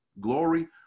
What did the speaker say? Glory